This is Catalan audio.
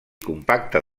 compacte